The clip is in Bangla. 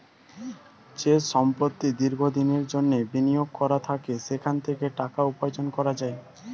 যে সম্পত্তি দীর্ঘ দিনের জন্যে বিনিয়োগ করা থাকে সেখান থেকে টাকা উপার্জন করা যায়